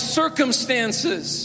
circumstances